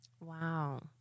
Wow